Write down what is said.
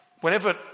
Whenever